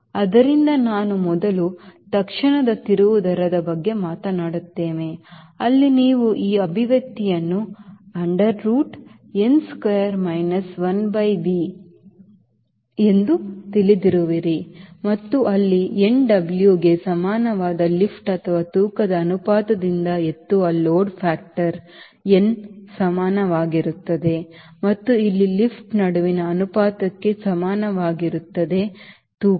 ಆದ್ದರಿಂದ ನಾವು ಮೊದಲ ತತ್ಕ್ಷಣದ ತಿರುವು ದರದ ಬಗ್ಗೆ ಮಾತನಾಡುತ್ತೇವೆ ಅಲ್ಲಿ ನೀವು ಈ ಅಭಿವ್ಯಕ್ತಿಯನ್ನು under root n square minus one by V ತಿಳಿದಿರುವಿರಿ ಮತ್ತು ಅಲ್ಲಿ nW ಗೆ ಸಮಾನವಾದ ಲಿಫ್ಟ್ ಅಥವಾ ತೂಕದ ಅನುಪಾತದಿಂದ ಎತ್ತುವ ಲೋಡ್ ಫ್ಯಾಕ್ಟರ್ n ಸಮಾನವಾಗಿರುತ್ತದೆ ಮತ್ತು ಅಲ್ಲಿ ಲಿಫ್ಟ್ ನಡುವಿನ ಅನುಪಾತಕ್ಕೆ ಸಮಾನವಾಗಿರುತ್ತದೆ ಮತ್ತು ತೂಕ